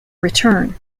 return